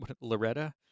Loretta